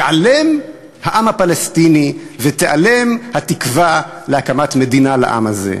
ייעלם העם הפלסטיני ותיעלם התקווה להקמת מדינה לעם הזה.